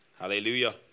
Hallelujah